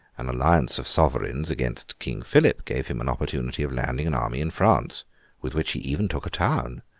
an alliance of sovereigns against king philip, gave him an opportunity of landing an army in france with which he even took a town!